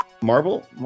Marble